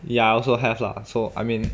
ya I also have lah so I mean